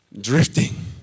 drifting